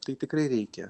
tai tikrai reikia